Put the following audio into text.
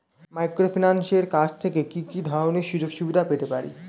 মাইক্রোফিন্যান্সের কাছ থেকে কি কি ধরনের সুযোগসুবিধা পেতে পারি?